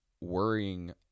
worrying